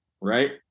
right